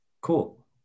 cool